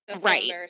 Right